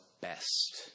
best